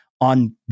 on